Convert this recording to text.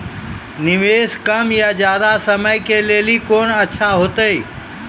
निवेश कम या ज्यादा समय के लेली कोंन अच्छा होइतै?